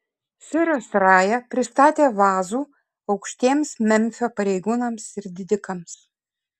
siras raja pristatė vazų aukštiems memfio pareigūnams ir didikams